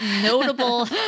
notable